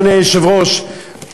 אדוני היושב-ראש,